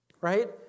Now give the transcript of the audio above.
Right